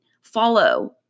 follow